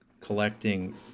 collecting